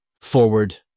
Forward